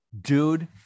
dude